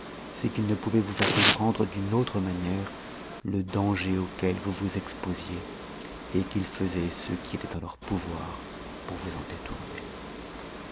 c'est qu'ils ne pouvaient vous faire comprendre d'une autre manière le danger auquel vous vous exposiez et qu'ils faisaient ce qui était en leur pouvoir pour vous en détourner